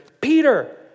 Peter